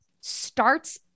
starts